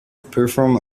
perform